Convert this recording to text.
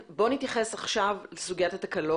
נתייחס עכשיו לסוגית התקנות.